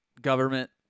government